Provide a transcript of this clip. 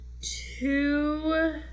Two